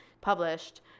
published